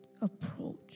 Approach